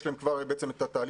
יש להם כבר את התהליך,